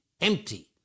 empty